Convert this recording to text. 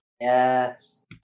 Yes